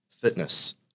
fitness